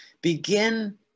begin